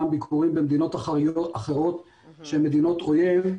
חותמות מביקורים במדינות אחרות שהן מדינות אויב,